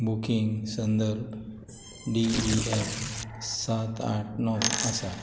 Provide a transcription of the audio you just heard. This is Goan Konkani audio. बुकींग संदर्भ डी ई एफ सात आठ णव आसा